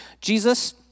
Jesus